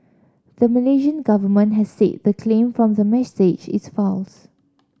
the Malaysian government has said the claim from the message is false